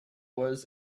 was